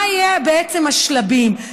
מה יהיו בעצם השלבים,